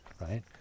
right